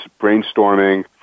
brainstorming